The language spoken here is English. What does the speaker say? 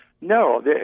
No